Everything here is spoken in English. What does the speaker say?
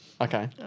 Okay